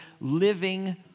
living